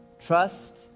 Trust